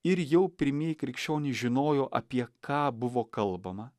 ir jau pirmieji krikščionys žinojo apie ką buvo kalbama